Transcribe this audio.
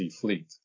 fleet